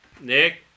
Nick